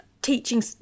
Teaching